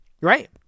Right